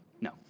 No